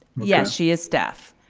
yes, she is staff.